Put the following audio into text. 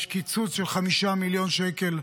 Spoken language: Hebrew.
יש קיצוץ של 5 מיליון שקל,